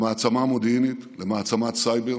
למעצמה מודיעינית, למעצמת סייבר.